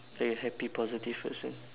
like a happy positive person